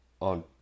on